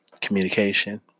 communication